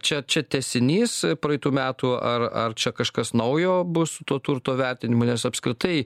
čia čia tęsinys praeitų metų ar ar čia kažkas naujo bus su tuo turto vertinimu nes apskritai